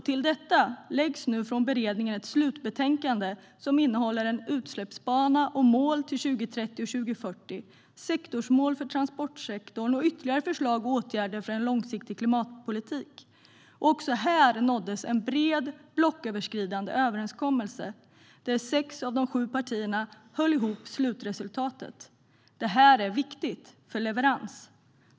Till detta läggs nu från beredningen ett slutbetänkande som innehåller förslag till utsläppsbana och mål till 2030 och 2040, sektorsmål för transportsektorn och ytterligare förslag och åtgärder för en långsiktig klimatpolitik. Också här nåddes en bred blocköverskridande överenskommelse där sex av de sju partierna höll ihop slutresultatet. Det är viktigt för leverans.